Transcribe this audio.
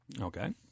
Okay